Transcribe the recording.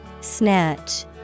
snatch